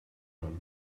run